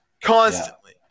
Constantly